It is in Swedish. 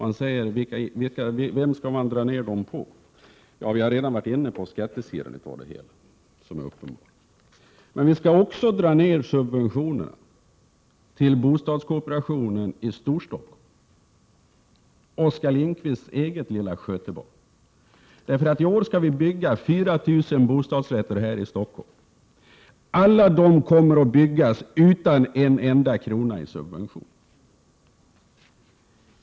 Han frågar var man skall dra ned på dem. Vi har redan varit inne på skattesidan. Men vi skall också dra ned subventionerna till bostadskooperationen i Storstockholm, Oskar Lindkvists eget lilla skötebarn. I år skall det bli 4 000 bostadsrätter här i Stockholm. Alla dessa kommer att byggas utan en enda kronas subvention.